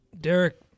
Derek